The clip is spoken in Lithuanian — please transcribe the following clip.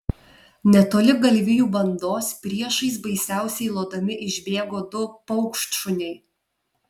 netoli galvijų bandos priešais baisiausiai lodami išbėgo du paukštšuniai